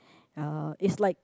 uh it's like